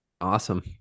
Awesome